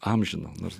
amžino nors